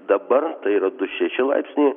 dabar tai yra du šeši laipsniai